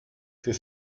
für